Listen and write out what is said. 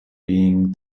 being